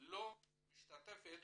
לא משתתפת